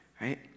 right